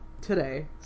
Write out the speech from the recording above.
today